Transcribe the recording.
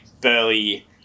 burly